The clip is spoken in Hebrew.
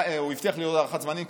הוא הבטיח לי הארכת זמנים,